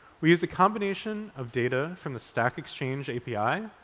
we use a combination of data from the stack exchange api,